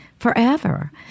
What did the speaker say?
Forever